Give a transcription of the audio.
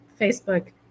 Facebook